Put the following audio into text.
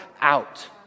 out